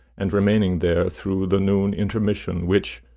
and remaining there through the noon intermission, which,